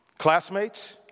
classmates